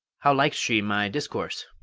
how likes she my discourse?